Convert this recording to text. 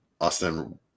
Austin